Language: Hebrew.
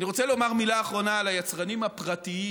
אני רוצה לומר מילה אחרונה על היצרנים הפרטיים,